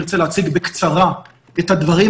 ארצה להציג בקצרה את הדברים.